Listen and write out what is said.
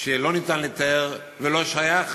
שלא ניתן לתאר, ולא שייך